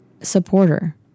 supporter